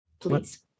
Please